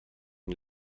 den